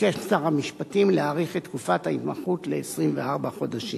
ביקש שר המשפטים להאריך את תקופת ההתמחות ל-24 חודשים.